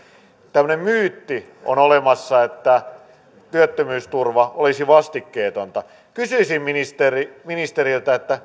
tämmöinen myytti on olemassa että työttömyysturva olisi vastikkeetonta kysyisin ministeriltä